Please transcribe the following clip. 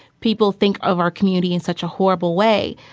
people think of our community in such a horrible way.